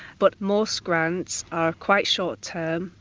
but most grants are quite short-term.